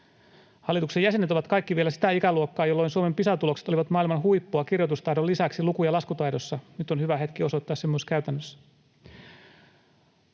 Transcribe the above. Hallituksen jäsenet ovat kaikki vielä sitä ikäluokkaa, jolloin Suomen Pisa-tulokset olivat maailman huippua kirjoitustaidon lisäksi luku- ja laskutaidossa. Nyt on hyvä hetki osoittaa se myös käytännössä.